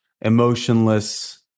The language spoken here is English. emotionless